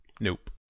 Nope